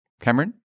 Cameron